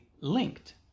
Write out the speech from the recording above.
linked